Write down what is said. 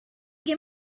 give